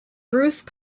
bruce